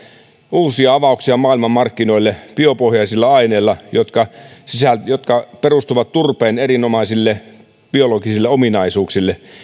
uusia avauksia maailmanmarkkinoille biopohjaisilla aineilla jotka perustuvat turpeen erinomaisille biologisille ominaisuuksille